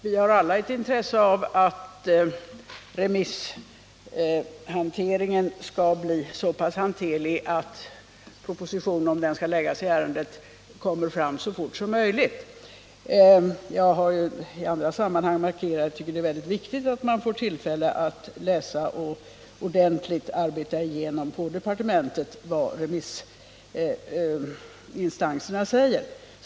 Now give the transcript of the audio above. Vi har alla ett intresse av att remissförfarandet skall bli så pass hanterligt att propositionen i ärendet, om den skall framläggas, blir färdig så fort som möjligt. Jag har ju i andra sammanhang markerat att jag tycker det är väldigt viktigt att man på departementet får tillfälle att läsa och ordentligt arbeta igenom vad remissinstanserna säger.